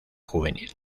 juvenil